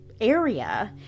area